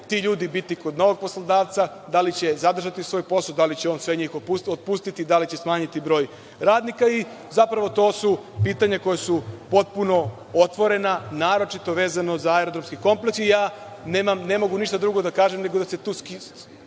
ti ljudi biti kod novog poslodavca, da li će zadržati svoj posao, da li će on sve njih otpustiti, da li će smanjiti broj radnika i zapravo to su pitanja koja su potpuno otvorena, naročito vezano za aerodromski kompleks i ne mogu ništa drugo da kažem, nego da se tu kriju